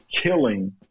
killing